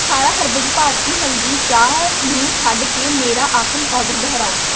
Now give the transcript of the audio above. ਅਠਾਰਾਂ ਹਰਬਜ਼ ਭਾਰਤੀ ਹਲਦੀ ਚਾਹ ਨੂੰ ਛੱਡ ਕੇ ਮੇਰਾ ਆਖਰੀ ਆਰਡਰ ਦੁਹਰਾਓ